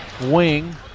wing